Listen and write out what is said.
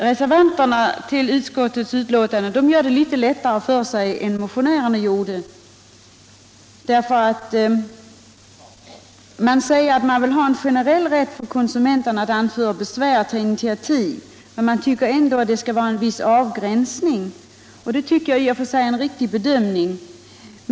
Reservanterna till utskottets betänkande gör det lättare för sig än motionärerna gjort genom att kräva ”en generell rätt för konsumenterna att komma med initiativ och att anföra besvär”, men de anser ändå att det av praktiska skäl är nödvändigt att göra en viss avgränsning. Det tycker jag är en i och för sig riktig bedömning.